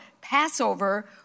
Passover